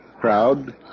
Crowd